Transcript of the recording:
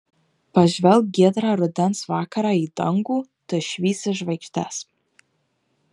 pažvelk giedrą rudens vakarą į dangų tu išvysi žvaigždes